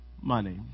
money